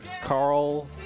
Carl